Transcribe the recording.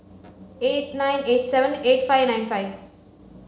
eight nine eight seven eight five nine five